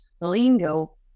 lingo